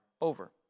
over